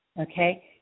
okay